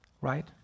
right